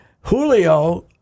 Julio